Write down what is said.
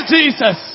Jesus